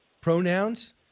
pronouns